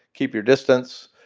keep your distance.